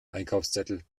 einkaufszettel